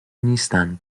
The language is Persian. نیستن